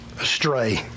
astray